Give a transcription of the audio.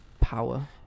power